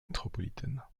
métropolitaine